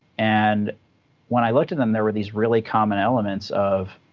and when i looked at them, there were these really common elements of